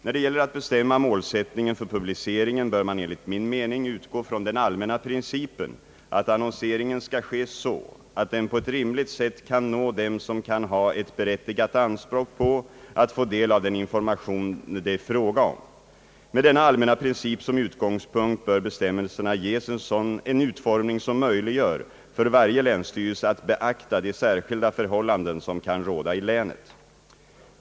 När det gäller att bestämma målsättningen för publiceringen bör man enligt min mening utgå från den allmänna principen att annonseringen skall ske så, att den på ett rimligt sätt kan nå dem som kan ha ett berättigat anspråk på att få del av den information det är fråga om. Med denna allmänna princip som utgångpunkt bör bestämmelserna ges en utformning som möjliggör för varje länsstyrelse att beakta de särskilda förhållanden som kan råda i länet.